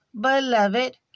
beloved